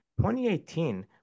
2018